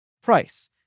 price